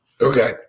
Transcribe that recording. okay